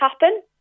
happen